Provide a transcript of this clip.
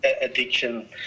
addiction